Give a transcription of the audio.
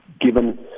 given